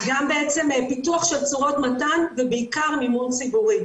גם פיתוח של צורות מתן ובעיקר מימון ציבורי.